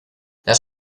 las